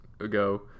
ago